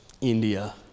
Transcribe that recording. India